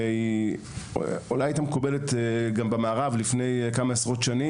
בנויה בשיטה של שינון שהייתה מקובלת במערב לפני עשרות שנים